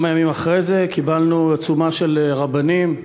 כמה ימים אחרי זה קיבלנו עצומה של רבנים,